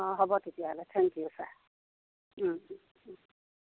অ হ'ব তেতিয়াহ'লে thank you sir